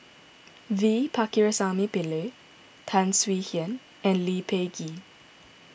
V Pakirisamy Pillai Tan Swie Hian and Lee Peh Gee